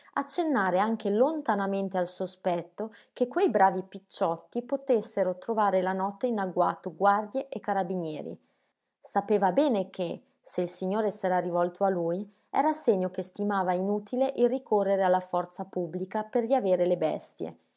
accennare anche lontanamente al sospetto che quei bravi picciotti potessero trovare la notte in agguato guardie e carabinieri sapeva bene che se il signore s'era rivolto a lui era segno che stimava inutile il ricorrere alla forza pubblica per riavere le bestie